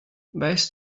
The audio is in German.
weißt